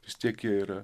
vis tiek jie yra